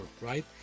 right